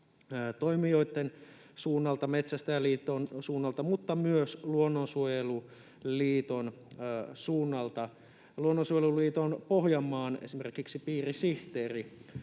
toimijoitten suunnalta, Metsästäjäliiton suunnalta mutta myös Luonnonsuojeluliiton suunnalta. Esimerkiksi Luonnonsuojeluliiton Pohjanmaan piirisihteeri